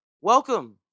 welcome